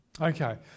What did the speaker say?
Okay